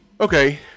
okay